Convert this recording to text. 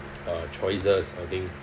uh choices I think